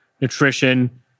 nutrition